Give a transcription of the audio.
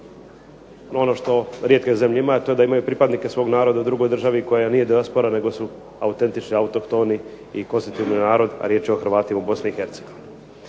ono što rijetka zemlja ima, a to je da imaju pripadnike svog naroda u drugoj državi koja nije dijaspora nego su autentični autohtoni i …/Ne razumije se./… narod, a riječ je o Hrvatima u Bosni i Hercegovini.